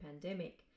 pandemic